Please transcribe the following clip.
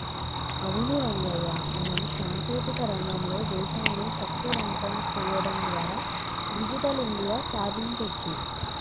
అవును రంగయ్య మనం సాంకేతిక రంగంలో దేశాన్ని శక్తివంతం సేయడం ద్వారా డిజిటల్ ఇండియా సాదించొచ్చు